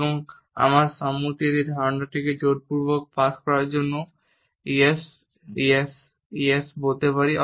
এবং আমার সম্মতির এই ধারণাটিকে জোরপূর্বক পাস করার জন্য "yes yes yes" বলতে পারি